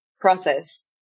process